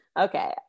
Okay